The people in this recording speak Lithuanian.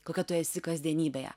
kokia tu esi kasdienybėje